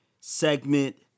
segment